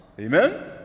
Amen